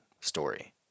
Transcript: story